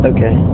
Okay